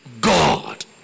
God